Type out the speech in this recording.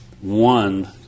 one